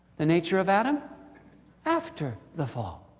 the nature of adam after the fall.